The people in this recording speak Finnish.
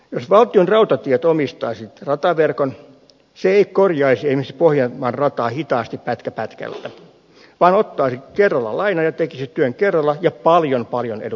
jos valtionrautatiet omistaisi rataverkon se ei korjaisi esimerkiksi pohjanmaan rataa hitaasti pätkä pätkältä vaan ottaisi kerralla lainan ja tekisi työn kerralla ja paljon paljon edullisemmin